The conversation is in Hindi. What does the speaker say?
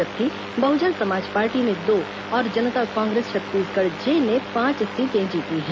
जबकि बहुजन समाज पार्टी ने दो और जनता कांग्रेस छत्तीसगढ़ जे ने पांच सीटें जीती हैं